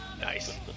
Nice